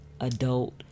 adult